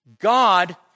God